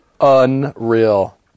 unreal